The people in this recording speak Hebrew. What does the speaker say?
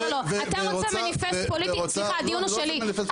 אתה רוצה מניפסט פוליטי, סליחה הדיון הוא שלי.